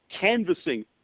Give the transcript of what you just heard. canvassing